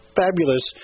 fabulous